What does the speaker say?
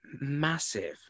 massive